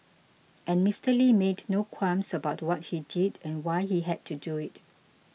and Mister Lee made no qualms about what he did and why he had to do it